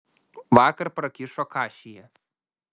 vakar prakišo kašį jie